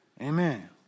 Amen